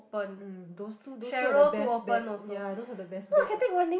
um those two those two are the best bet ya those are the best bet